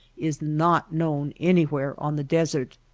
is not known anywhere on the desert.